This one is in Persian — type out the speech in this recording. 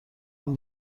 اون